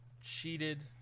cheated